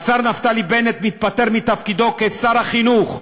השר נפתלי בנט מתפטר מתפקידו כשר החינוך,